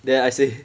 then I say